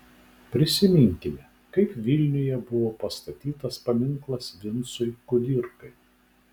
prisiminkime kaip vilniuje buvo pastatytas paminklas vincui kudirkai